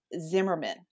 Zimmerman